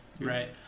right